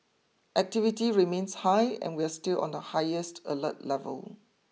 activity remains high and we are still on the highest alert level